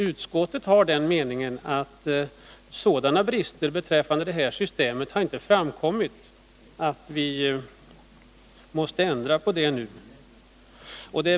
Utskottet har den meningen att sådana brister beträffande detta system inte har framkommit att vi måste ändra på det nu.